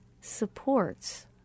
supports